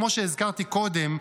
כמו שהזכרתי קודם,